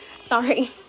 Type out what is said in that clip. Sorry